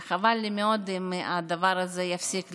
וחבל לי מאוד אם הדבר הזה יפסיק לפעול.